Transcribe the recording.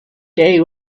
day